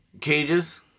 cages